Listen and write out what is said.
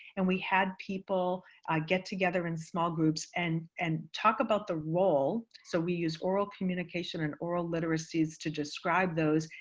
and we had people get together in small groups and and talk about the role. so we use oral communication and oral literacies to describe those,